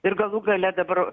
ir galų gale dabar